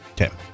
Okay